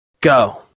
go